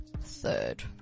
Third